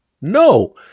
No